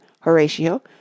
Horatio